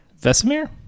Vesemir